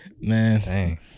Man